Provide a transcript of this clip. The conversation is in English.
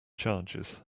charges